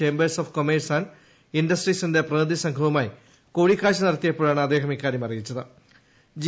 chambers of commerce and ഇൻഡസ്ട്രീസിന്റെ പ്രതിനിധി സംഘവുമായി കൂടിക്കാഴ്ച നടത്തിയപ്പോഴാണ് അദ്ദേഹം ഇക്കാര്യം ജി